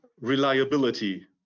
reliability